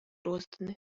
розданы